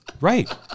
right